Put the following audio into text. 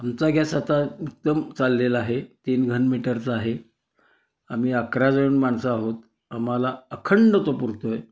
आमचा गॅस आता एकदम चाललेला आहे तीन घनमीटरचा आहे आम्ही अकरा जण माणसं आहोत आम्हाला अखंड तो पुरतो आहे